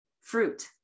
fruit